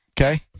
Okay